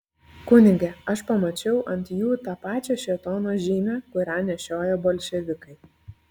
kunige aš pamačiau ant jų tą pačią šėtono žymę kurią nešioja bolševikai